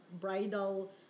bridal